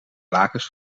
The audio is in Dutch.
lakens